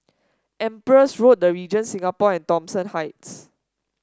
Empress Road The Regent Singapore and Thomson Heights